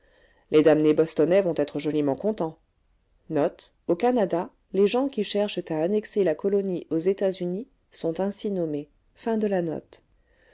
les damnés bostonnais vont être joliment contents les gens qui cherchent à annexer la colonie aux états-unis sont ainsi